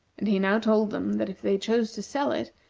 and he now told them that if they chose to sell it,